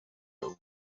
ubumwe